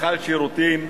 חייל שירותים.